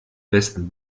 besten